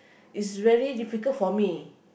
is really difficult for me